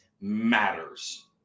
matters